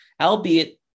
albeit